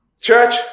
church